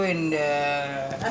சாம்பாரா இது:saambaara ithu [deh]